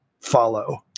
follow